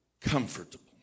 Comfortable